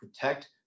protect